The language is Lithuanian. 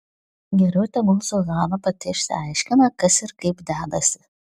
geriau tegul zuzana pati išsiaiškina kas ir kaip dedasi